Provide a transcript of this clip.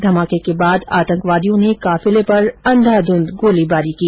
धमाके के बाद आतंकवादियों ने काफिले पर अंधाधुंध गोलीबारी की